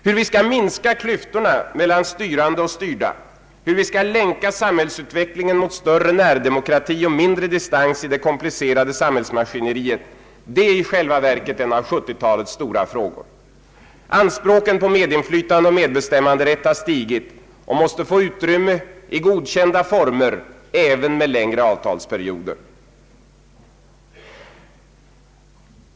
Hur vi skall minska klyftorna mellan de styrda och de styrande och hur vi skall länka samhällsutvecklingen mot större närdemokrati och mindre distans i det komplicerade samhällsmaskineriet, är i själva verket en av 1970-talets stora frågor. Anspråken på medinflytande och medbestämmanderätt har stigit och måste få utrymme i godkända former även med längre avtalsperioder.